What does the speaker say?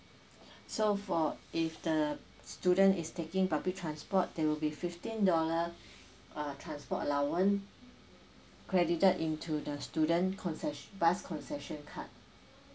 so for if the student is taking public transport there will be fifteen dollar uh transport allowance credited into the student concession bus concession card